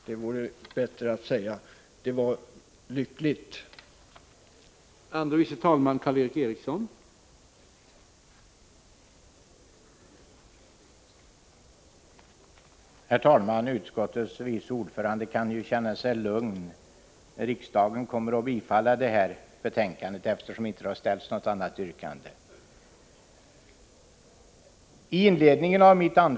Det vore bättre att säga: Det var lyckligt.